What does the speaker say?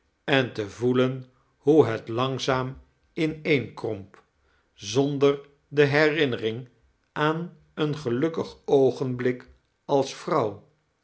en te voeleu hoe het langzaam ineeiifcromp zonder de herinnering aan een gelukkig oogenblik als vrouw